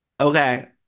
okay